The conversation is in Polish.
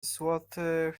złotych